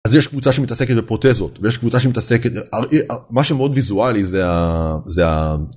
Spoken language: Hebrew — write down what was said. אז יש קבוצה שמתעסקת בפרוטזות ויש קבוצה שמתעסקת מה שמאוד ויזואלי זה.